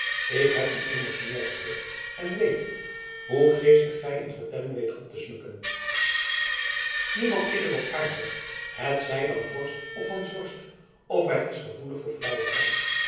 ik heb u immers meer gehoord en weet hoe geestig gij een vertelling weet op te smukken niemand is er op aarde hetzij dan vorst of hansworst of hij is gevoelig voor vleierij